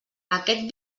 aquest